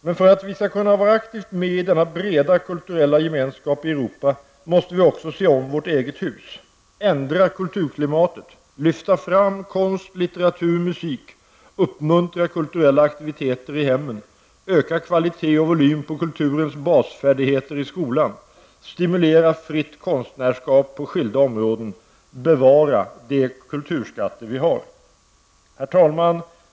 Men för att vi skall kunna vara aktivt med i denna breda kulturella gemenskap i Europa måste vi också se om vårt eget hus, ändra kulturklimatet, lyfta fram konst, litteratur, musik, uppmuntra kulturella aktiviteter i hemmen, öka kvaliteten och volymen på kulturens basfärdigheter i skolan, stimulera fritt konstnärsskap på skilda områden och bevara de kulturskatter vi har. Herr talman!